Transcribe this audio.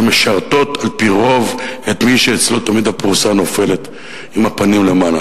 שמשרתות על-פי-רוב את מי שאצלו תמיד הפרוסה נופלת עם הפנים למעלה.